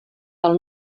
del